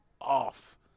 off